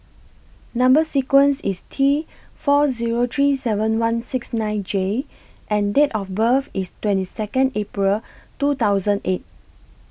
Number sequence IS T four Zero three seven one six nine J and Date of birth IS twenty Second April two thousand eight